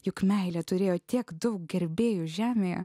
juk meilė turėjo tiek daug gerbėjų žemėje